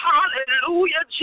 Hallelujah